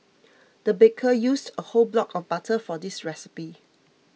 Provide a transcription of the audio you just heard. the baker used a whole block of butter for this recipe